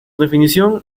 definición